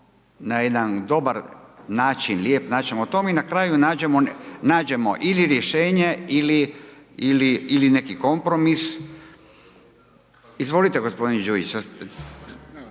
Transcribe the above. na jedan dobar način, lijep način o tome i na kraju nađemo ili rješenje ili neki kompromis. Izvolite g. Đujić,